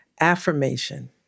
affirmation